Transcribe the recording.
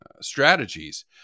strategies